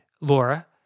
Laura